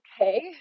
okay